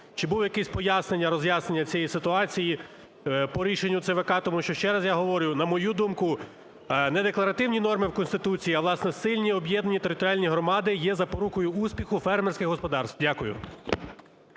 чи було якесь пояснення, роз'яснення цієї ситуації по рішенню ЦВК, тому що, ще раз я говорю, на мою думку, не декларативні норми в Конституції, а, власне, сильні об'єднані територіальні громади є запорукою успіху фермерських господарств. Дякую.